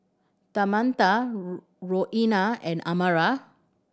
Tamatha Roena and Amara